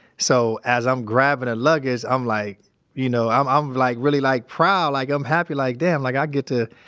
so, as i'm grabbing the luggage, i'm like you know, i'm, i'm like really like proud like i'm happy. like, damn. like, i get to,